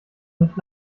nicht